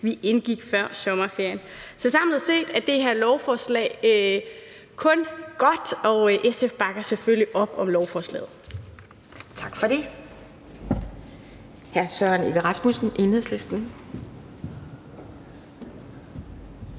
vi indgik før sommerferien. Så samlet set er det her lovforslag kun godt, og SF bakker selvfølgelig op om lovforslaget. Kl.